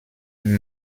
und